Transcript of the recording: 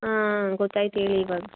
ಹಾಂ ಗೊತ್ತಾಯ್ತು ಹೇಳಿ ಇವಾಗ